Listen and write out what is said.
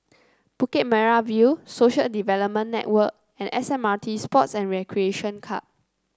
Bukit Merah View Social Development Network and S M R T Sports and Recreation Club